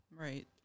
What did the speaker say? Right